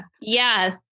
Yes